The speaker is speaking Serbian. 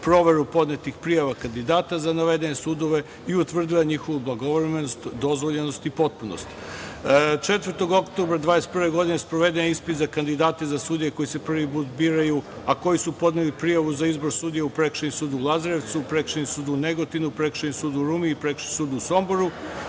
proveru podnetih prijava kandidata za navedene sudove i utvrdila njihovu blagovremenost, dozvoljenost i potpunost. Četvrtog oktobra 2021. godine sproveden je ispit za kandidate za sudije koji se prvi put biraju, a koji su podneli prijavu za izbor sudija u Prekršajni sud u Lazarevcu, Prekršajni sud u Negotinu, Prekršajni sud u Rumi i Prekršajni sud u Somboru.